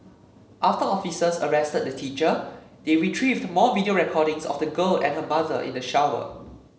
after officers arrested the teacher they retrieved more video recordings of the girl and her mother in the shower